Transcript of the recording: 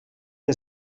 der